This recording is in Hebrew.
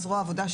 זרוע העבודה,